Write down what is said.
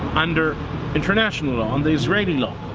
under international law, on the israeli law.